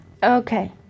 Okay